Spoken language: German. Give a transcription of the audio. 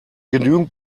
genügend